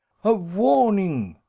a warning!